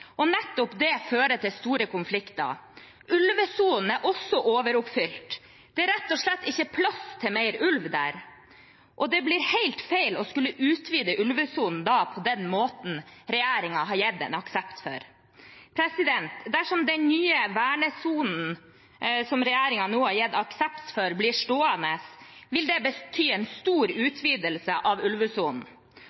og nettopp det fører til store konflikter. Ulvesonen er også overoppfylt, det er rett og slett ikke plass til mer ulv der. Det blir da helt feil å skulle utvide ulvesonen på den måten regjeringen har gitt aksept for. Dersom den nye vernesonen som regjeringen nå har gitt aksept for, blir stående, vil det bety en stor